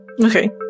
Okay